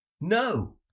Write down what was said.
No